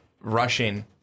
rushing